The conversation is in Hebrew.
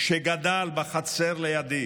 שגדל בחצר לידי